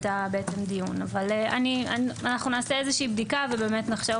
אבל אנחנו נעשה איזושהי בדיקה ובאמת נחשוב